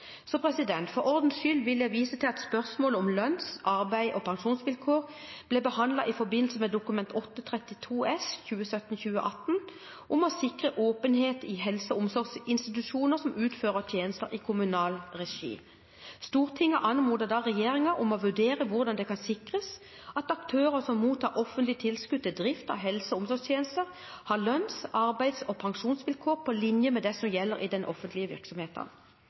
For ordens skyld vil jeg vise til at spørsmål om lønns-, arbeids- og pensjonsvilkår ble behandlet i forbindelse med Dokument 8:32 S for 2017–2018 om å sikre åpenhet i helse- og omsorgsinstitusjoner som utfører tjenester i kommunal regi. Stortinget anmodet da regjeringen om å vurdere hvordan det kan sikres at aktører som mottar offentlige tilskudd til drift av helse- og omsorgstjenester, har lønns-, arbeids- og pensjonsvilkår på linje med det som gjelder i de offentlige